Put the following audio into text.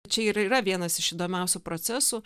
čia ir yra vienas iš įdomiausių procesų